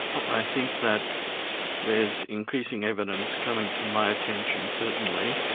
i think that there's increasing evidence coming to my attention certainly,